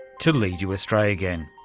to lead you astray again.